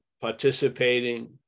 participating